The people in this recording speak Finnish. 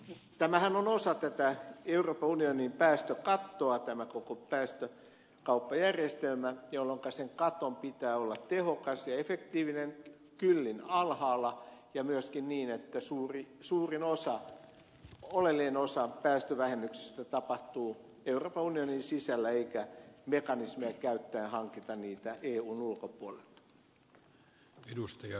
tämähän on osa tätä euroopan unionin päästökattoa tämä koko päästökauppajärjestelmä jolloinka sen katon pitää olla tehokas ja efektiivinen kyllin alhaalla ja myöskin niin että suurin osa oleellinen osa päästövähennyksistä tapahtuu euroopan unionin sisällä eikä mekanismeja käyttäen hankita niitä eun ulkopuolelta